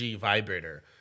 vibrator